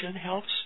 helps